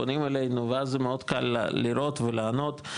פונים אלינו ואז זה מאוד קל לראות ולענות,